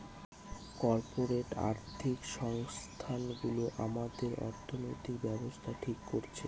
corporate আর্থিক সংস্থানগুলো আমাদের অর্থনৈতিক ব্যাবস্থা ঠিক করছে